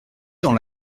dans